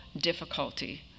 difficulty